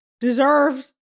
deserves